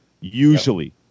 usually